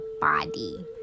body